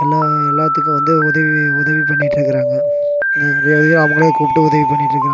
எல்லாம் எல்லாத்துக்கும் வந்து உதவி உதவி பண்ணிட்டுருக்குறாங்க அவங்களே கூப்பிட்டு உதவி பண்ணிட்டுருக்குறா